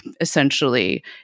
essentially